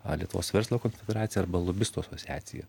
alytaus verslo konfigūracija arba lobistų asociacija